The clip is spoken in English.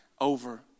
over